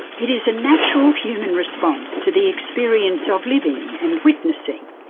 it is a natural human response to the experience of living and witnessing.